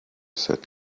said